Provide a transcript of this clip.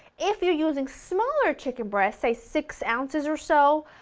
if you're using smaller chicken breast, say six ounces or so,